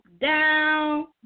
down